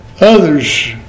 others